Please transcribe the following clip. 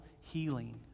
healing